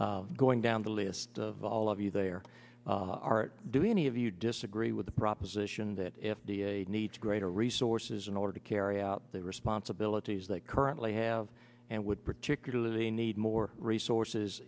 same going down the list of all of you there are do any of you disagree with the proposition that f d a needs greater resources in order to carry out the responsibilities that currently have and would particularly need more resources